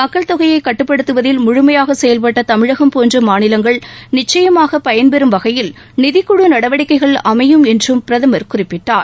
மக்கள் தொகையை கட்டுப்படுத்துவதில் முழுமையாக செயல்பட்ட தமிழகம் போன்ற மாநிலங்கள் நிச்சயம் பயன்பெறும் வகையில் நிதிக்குழு நடவடிக்கைகள் அமையும் என்றும் பிரதமர் குறிப்பிட்டார்